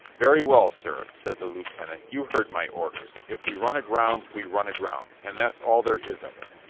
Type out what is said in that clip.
very well, sir, said the lieutenant, you heard my orders. if we run aground we run aground, and that's all there is of it.